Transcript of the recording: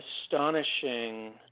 astonishing